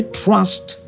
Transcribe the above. trust